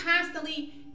constantly